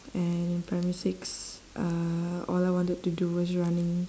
and primary six uh all I wanted to do was running